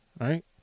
Right